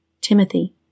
Timothy